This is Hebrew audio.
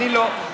אני לא.